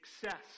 success